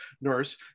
nurse